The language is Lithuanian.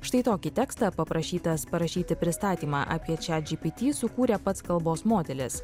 štai tokį tekstą paprašytas parašyti pristatymą apie chatgpt sukūrė pats kalbos modelis